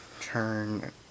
turn